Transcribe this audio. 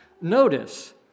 Notice